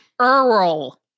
Earl